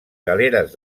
galeres